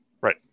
Right